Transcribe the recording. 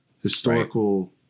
historical